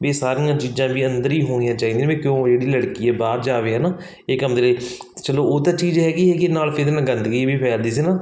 ਵੀ ਸਾਰੀਆਂ ਚੀਜ਼ਾਂ ਵੀ ਅੰਦਰ ਹੀ ਹੋਣੀਆਂ ਚਾਹੀਦੀਆਂ ਨੇ ਕਿਉਂ ਜਿਹੜੀ ਲੜਕੀ ਹੈ ਬਾਹਰ ਜਾਵੇ ਹੈ ਨਾ ਇਹ ਕੰਮ ਜਿਹੜੇ ਚਲੋ ਉਹ ਤਾਂ ਚੀਜ਼ ਹੈਗੀ ਹੈਗੀ ਹੈ ਨਾਲ ਫਿਰ ਮੈਂ ਗੰਦਗੀ ਵੀ ਫੈਲਦੀ ਸੀ ਨਾ